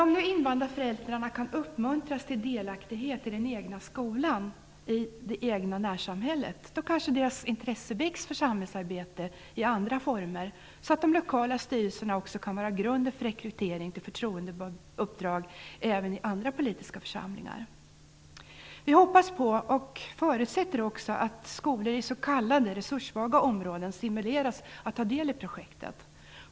Om nu invandrarföräldrarna kan uppmuntras till delaktighet i den egna skolan i det egna närsamhället, väcks kanske deras intresse för samhällsarbete i andra former, så att de lokala styrelserna också kan vara grunden för rekrytering till förtroendeuppdrag även i andra politiska församlingar. Vi hoppas på, och förutsätter, att skolor i s.k. resurssvaga områden stimuleras att ta del i projektet.